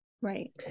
Right